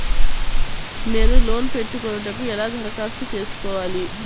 నేను లోన్ పెట్టుకొనుటకు ఎలా దరఖాస్తు చేసుకోవాలి?